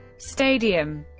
stadium